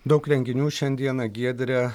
daug renginių šiandieną giedre